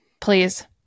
please